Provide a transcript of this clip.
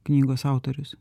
knygos autorius